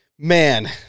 Man